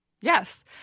Yes